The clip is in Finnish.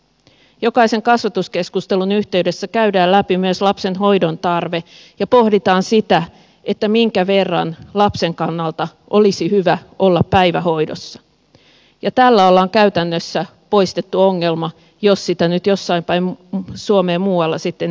jokaisen kasvatuskeskustelun yhteydessä käydään läpi myös lapsen hoidontarve ja pohditaan sitä minkä verran lapsen kannalta olisi hyvä olla päivähoidossa ja tällä ollaan käytännössä poistettu ongelma jos sitä nyt jossain päin suomea muualla sitten esiintyykin